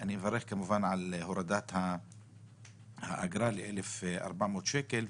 אני מברך על הורדת האגרה ל-1,400 שקל,